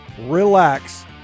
relax